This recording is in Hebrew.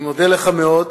אני מודה לך מאוד.